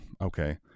Okay